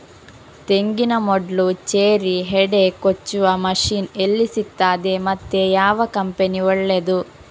ತೆಂಗಿನ ಮೊಡ್ಲು, ಚೇರಿ, ಹೆಡೆ ಕೊಚ್ಚುವ ಮಷೀನ್ ಎಲ್ಲಿ ಸಿಕ್ತಾದೆ ಮತ್ತೆ ಯಾವ ಕಂಪನಿ ಒಳ್ಳೆದು?